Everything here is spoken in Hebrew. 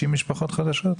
60 משפחות חדשות?